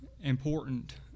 important